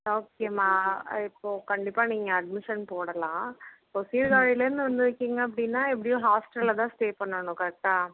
ஓகேம்மா இப்போது கண்டிப்பாக நீங்கள் அட்மிஷன் போடலாம் இப்போ சீர்காழிலேருந்து வந்திருக்கீங்க அப்படின்னா எப்படியும் ஹாஸ்டலில் தான் ஸ்டே பண்ணணும் கரெக்டா